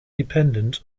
dependent